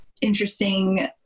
interesting